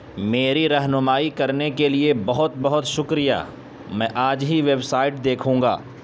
میری رہنمائی کرنے کے لیے بہت بہت شکریہ میں آج ہی ویبسائٹ دیکھوں گا